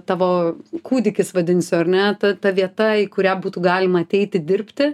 tavo kūdikis vadinsiu ar ne ta ta vieta į kurią būtų galima ateiti dirbti